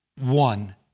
one